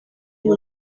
uyu